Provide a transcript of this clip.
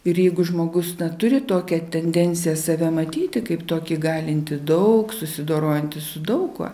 ir jeigu žmogus turi tokią tendenciją save matyti kaip tokį galinti daug susidorojantį su daug kuo